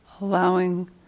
allowing